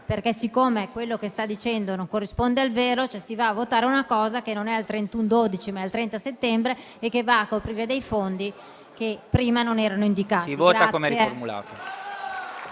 Siccome quello che sta dicendo non corrisponde al vero, si va a votare una cosa che non è al 31 dicembre, ma al 30 settembre e che va a coprire dei fondi che prima non erano indicati.